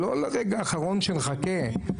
לא לרגע האחרון שנחכה.